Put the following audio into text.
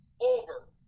over